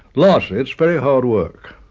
largely, it's very hard work,